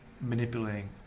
manipulating